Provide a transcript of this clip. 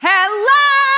Hello